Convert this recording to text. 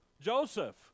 Joseph